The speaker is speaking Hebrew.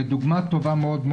ודוגמה טובה מאוד,